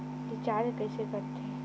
Recharge कइसे कर थे?